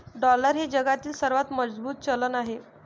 dollar हे जगातील सर्वात मजबूत चलन आहे